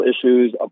issues